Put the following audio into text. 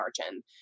margin